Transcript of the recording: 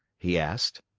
he asked.